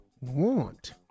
want